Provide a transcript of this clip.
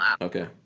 Okay